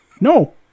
No